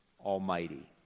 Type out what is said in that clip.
Almighty